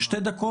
שתי דקות,